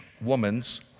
woman's